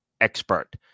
expert